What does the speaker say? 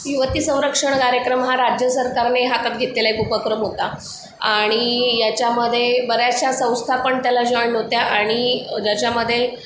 युवती संरक्षण कार्यक्रम हा राज्य सरकारने हातात घेतलेला एक उपक्रम होता आणि याच्यामध्ये बऱ्याचशा संस्था पण त्याला जॉईन होत्या आणि ज्याच्यामध्ये